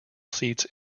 seats